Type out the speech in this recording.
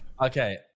Okay